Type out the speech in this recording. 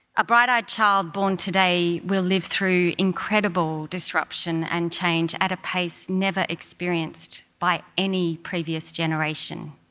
a bright-eyed child born today will live through incredible disruption and change, at a pace never experienced by any previous generation.